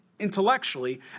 intellectually